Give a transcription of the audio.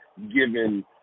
given